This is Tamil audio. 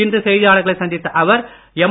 இன்று செய்தியாளர்களை சந்தித்த அவர் எம்